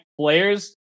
players